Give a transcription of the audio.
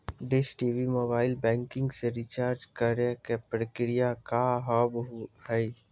Dish TV mobile banking से recharge करे के प्रक्रिया का हाव हई?